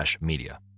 media